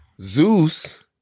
Zeus